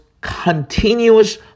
continuous